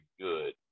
good